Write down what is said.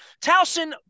Towson